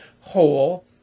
whole